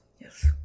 yes